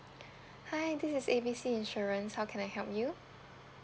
hi this is A B C insurance how can I help you